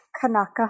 Kanaka